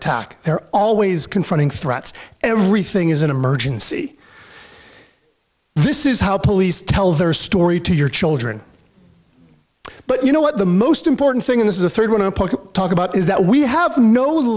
attack they're always confronting threats and everything is an emergency this is how police tell their story to your children but you know what the most important thing in this is the third one i talk about is that we have no